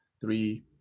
three